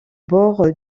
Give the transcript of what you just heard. bords